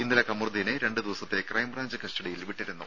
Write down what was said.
ഇന്നലെ കമറുദ്ദീനെ രണ്ടുദിവസത്തെ ക്രൈംബ്രാഞ്ച് കസ്റ്റഡിയിൽ വിട്ടിരുന്നു